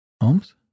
homes